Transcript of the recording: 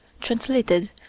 translated